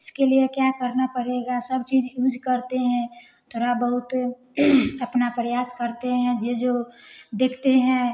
इसके लिए क्या करना पड़ेगा सब चीज यूज करते हैं थोड़ा बहुत अपना प्रयास करते हैं जे जो देखते हैं